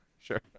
sure